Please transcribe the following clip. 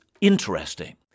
interesting